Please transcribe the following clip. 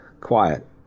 quiet